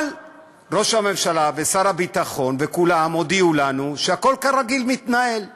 אבל ראש הממשלה ושר הביטחון וכולם הודיעו לנו שהכול מתנהל כרגיל.